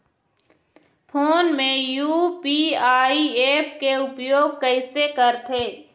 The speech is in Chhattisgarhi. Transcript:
फोन मे यू.पी.आई ऐप के उपयोग कइसे करथे?